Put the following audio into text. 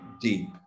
deep